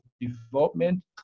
development